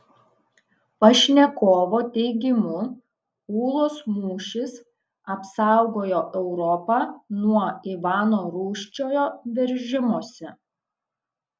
pašnekovo teigimu ūlos mūšis apsaugojo europą nuo ivano rūsčiojo veržimosi